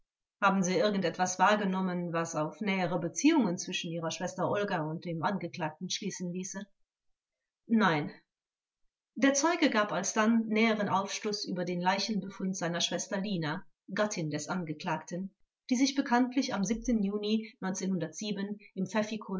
haben sie irgend etwas wahrgenommen was auf nähere beziehungen zwischen ihrer schwester olga und dem angeklagten schließen ließe zeuge nein der zeuge gab alsdann näheren aufschluß über den leichenbefund seiner schwester lina gattin des angeklagten die sich bekanntlich am juni